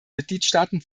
mitgliedstaaten